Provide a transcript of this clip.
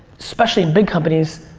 especially in big companies,